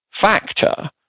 factor